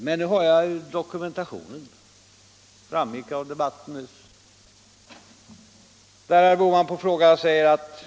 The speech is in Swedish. Men nu har jag dokumentationen.